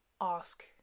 Ask